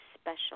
special